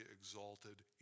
exalted